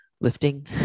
lifting